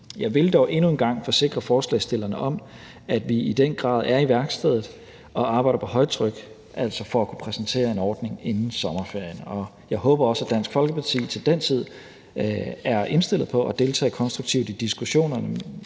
Jeg vil dog endnu en gang forsikre forslagsstillerne om, at vi i den grad er i værkstedet og arbejder på højtryk for at kunne præsentere en ordning inden sommerferien. Jeg håber også, at Dansk Folkeparti til den tid er indstillet på at deltage konstruktivt i diskussionerne,